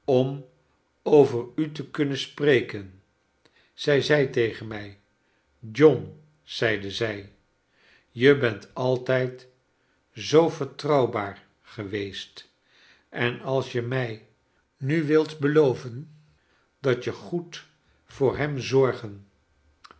om over u te kunnen spreken zij zei tegen mij john zeide zij r je bent altijd zoo vertrouwbaar geweest en als je mij nu wilde beloven dat je goed voor hem zorgen